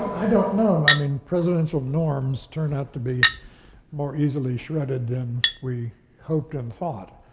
i don't know. i mean, presidential norms turn out to be more easily shredded than we hoped and thought,